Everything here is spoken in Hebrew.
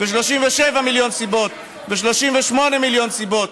ו-37 מיליון סיבות,